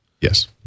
yes